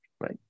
right